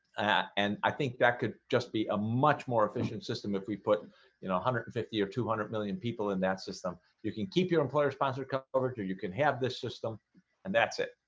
and i think that could just be a much more efficient system if we put you know one hundred and fifty or two hundred million people in that system. you can keep your employer-sponsored coverage or you can have this system and that's it.